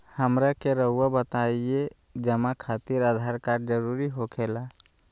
हमरा के रहुआ बताएं जमा खातिर आधार कार्ड जरूरी हो खेला?